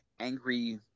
angry